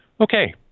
Okay